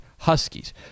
huskies